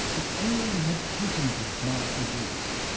if only we had patented mars and venus.